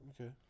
Okay